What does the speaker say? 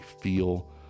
feel